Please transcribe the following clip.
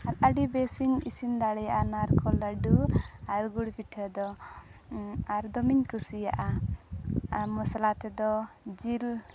ᱟᱹᱰᱤ ᱵᱮᱥᱤᱧ ᱤᱥᱤᱱ ᱫᱟᱲᱮᱭᱟᱜᱼᱟ ᱱᱟᱨᱠᱳᱞ ᱞᱟᱹᱰᱩ ᱟᱨ ᱜᱩᱲ ᱯᱤᱴᱷᱟᱹ ᱫᱚ ᱟᱨ ᱫᱚᱢᱤᱧ ᱠᱩᱥᱤᱭᱟᱜᱼᱟ ᱟᱨ ᱢᱚᱥᱞᱟ ᱛᱮᱫᱚ ᱡᱤᱞ